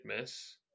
miss